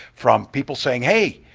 from people saying, hey,